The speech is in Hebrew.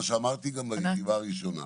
מה שאמרתי גם בישיבה הראשונה.